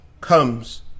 comes